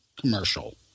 commercial